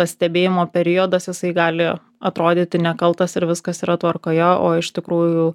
tas stebėjimo periodas jisai gali atrodyti nekaltas ir viskas yra tvarkoje o iš tikrųjų